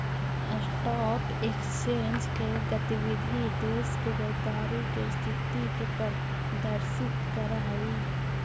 stock exchange के गतिविधि देश के व्यापारी के स्थिति के प्रदर्शित करऽ हइ